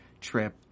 trip